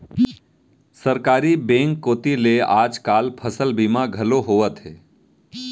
सहकारी बेंक कोती ले आज काल फसल बीमा घलौ होवथे